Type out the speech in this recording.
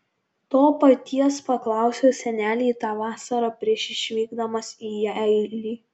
to paties paklausiau senelį tą vasarą prieš išvykdamas į jeilį